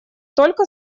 только